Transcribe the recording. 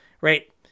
right